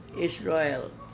Israel